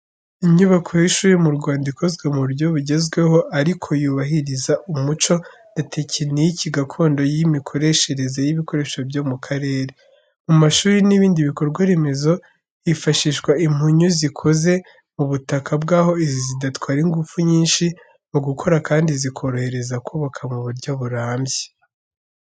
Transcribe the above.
Inyubako y’ishuri mu Rwanda ikozwe mu buryo bugezweho, ariko yubahiriza umuco na tekiniki gakondo y’imikoreshereze y’ibikoresho byo mu karere. Mu mashuri n’ibindi bikorwa remezo, hifashishwa impunyu, zikoze mu butaka bw’aho izi zidatwara ingufu nyinshi mu gukora kandi zikorohereza kubaka mu buryo burambye .